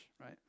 right